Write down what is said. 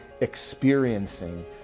experiencing